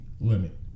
limit